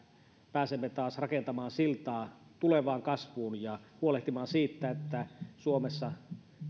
pääsemme taas rakentamaan siltaa tulevaan kasvuun ja huolehtimaan siitä että suomessa